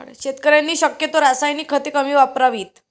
शेतकऱ्यांनी शक्यतो रासायनिक खते कमी वापरावीत